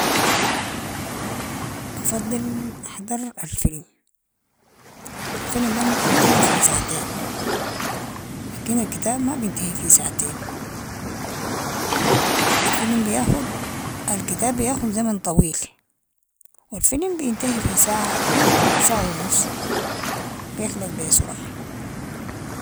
بفضل احضر الفيلم، الفلم ده ممكن ينتهي في ساعتين، لكن الكتاب ما بنتهي في ساعتين، الفلم بياخد الكتاب بياخد زمن طويل و الفيلم بينتهي في ساعة ساعة و نصف، بيخلص بسرعة.